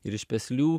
ir iš peslių